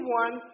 one